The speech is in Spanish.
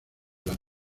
las